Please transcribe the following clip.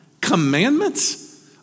Commandments